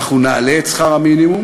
אנחנו נעלה את שכר המינימום,